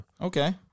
Okay